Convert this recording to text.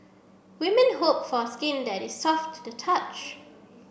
women hope for skin that is soft to the touch